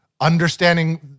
understanding